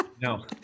No